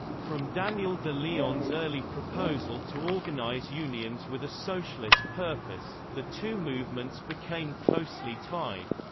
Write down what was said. from daniel de leon's early proposal to organize unions with a socialist purpose, the two movements became closely tied.